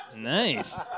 Nice